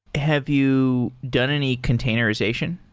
have you done any containerization?